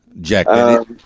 jack